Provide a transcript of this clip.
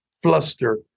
Fluster